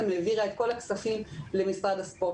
שהעבירה את כל הכספים למשרד הספורט,